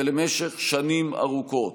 ולמשך שנים ארוכות.